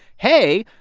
hey,